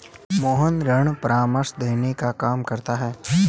मोहन ऋण परामर्श देने का काम करता है